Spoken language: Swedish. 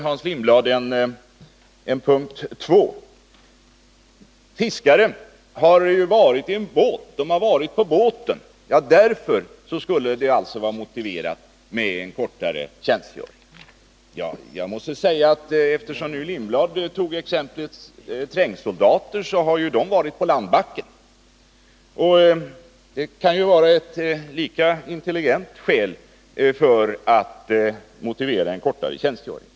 Hans Lindblads andra argument är att fiskare ju har varit på sin båt och att det därför skulle vara motiverat med kortare tjänstgöring för dem. Jag måste säga, eftersom Hans Lindblad tog exemplet med trängsoldater, att de ju har varit på landbacken och att det kan vara ett lika intelligent skäl för att motivera en kortare tjänstgöring för dem.